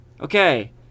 Okay